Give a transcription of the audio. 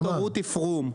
ד"ר רותי פרום,